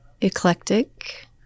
eclectic